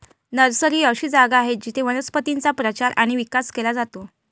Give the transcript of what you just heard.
nursery ही अशी जागा आहे जिथे वनस्पतींचा प्रचार आणि विकास केला जातो